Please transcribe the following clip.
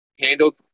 Handled